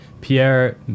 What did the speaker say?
Pierre